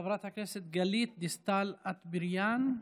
חברת הכנסת גלית דיסטל אטבריאן,